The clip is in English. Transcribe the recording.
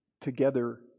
together